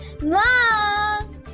Mom